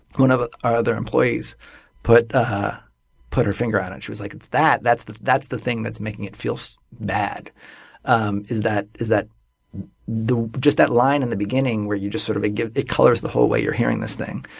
one of our other employees put ah put her finger on it. she's like it's that. that's the that's the thing that's making it feel so bad um is that is that just that line in the beginning where you just sort of it colors the whole way you're hearing this thing.